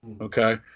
okay